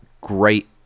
great